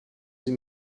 sie